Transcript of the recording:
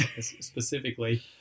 specifically